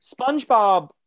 Spongebob